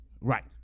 right